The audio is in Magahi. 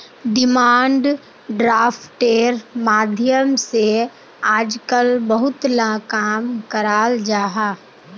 डिमांड ड्राफ्टेर माध्यम से आजकल बहुत ला काम कराल जाहा